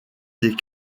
des